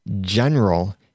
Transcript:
general